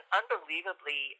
unbelievably